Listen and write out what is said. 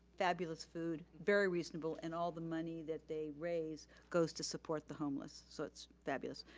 fabulous food, very reasonable and all the money that they raise goes to support the homeless. so it's fabulous.